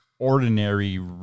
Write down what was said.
ordinary